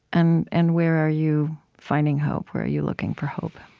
and and where are you finding hope? where are you looking for hope?